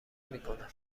میکنه